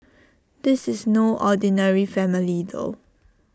this is no ordinary family though